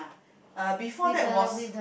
uh before that was